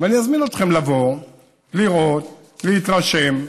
ואני אזמין אתכם לבוא, לראות, להתרשם.